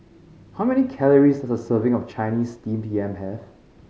how many calories does a serving of Chinese Steamed Yam have